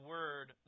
Word